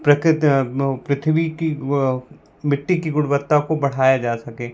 प्रकित पृथ्वी की व मिट्टी की गुणवत्ता को बढ़ाया जा सके